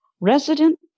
resident